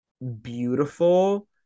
beautiful